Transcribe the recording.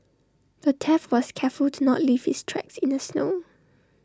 the thief was careful to not leave his tracks in the snow